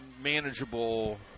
manageable